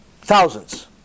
Thousands